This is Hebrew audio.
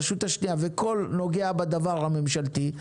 רשות שנייה וכל נוגע בדבר הממשלתי.